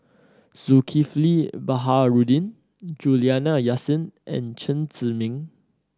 Zulkifli Baharudin Juliana Yasin and Chen Zhiming